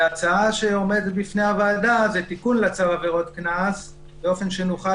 וההצעה שעומדת בפני הוועדה זה תיקון לצו עבירות קנס באופן שנוכל